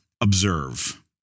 observe